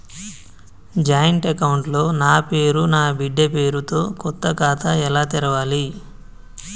Joint account లో నా పేరు నా బిడ్డే పేరు తో కొత్త ఖాతా ఎలా తెరవాలి?